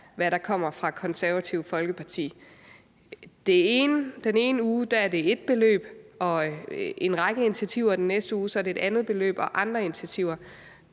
hvad der kommer fra Det Konservative Folkeparti. Den ene uge er det et beløb og en række initiativer, og den næste uge er det et andet beløb og andre initiativer.